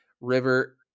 river